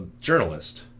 journalist